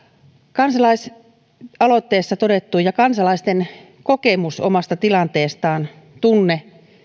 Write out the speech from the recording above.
kansalaisaloitteessa todettu kansalaisten kokemus ja tunne omasta tilanteestaan